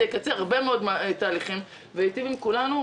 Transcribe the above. זה יקצר הרבה מאוד תהליכים וייטיב עם כולנו.